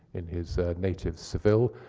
in his native seville,